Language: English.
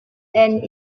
end